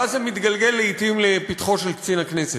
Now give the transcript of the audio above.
ואז זה מתגלגל לעתים לפתחו של קצין הכנסת,